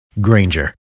Granger